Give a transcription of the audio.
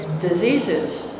diseases